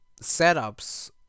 setups